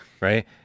Right